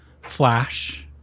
flash